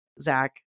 Zach